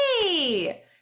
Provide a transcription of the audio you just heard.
Hey